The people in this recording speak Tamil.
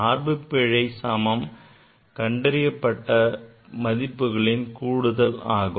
சார்பு பிழை சமம் கண்டறியப்பட்ட மதிப்புகளின் கூடுதல் ஆகும்